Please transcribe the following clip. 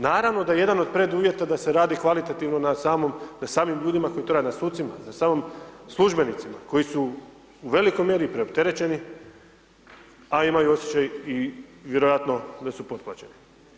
Naravno da je jedan od preduvjeta da se radi kvalitativno na samim ljudima koji to rade, na sucima, službenicima koji su u velikoj mjeri preopterećeni a imaju osjećaj i vjerojatno da su potplaćeni.